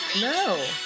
No